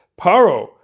Paro